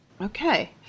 Okay